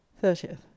Thirtieth